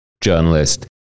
journalist